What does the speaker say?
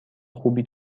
خوبی